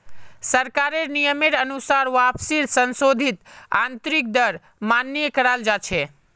सरकारेर नियमेर अनुसार वापसीर संशोधित आंतरिक दर मान्य कराल जा छे